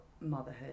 motherhood